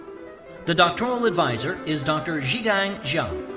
the doctoral advisor is dr. zhigang jiang.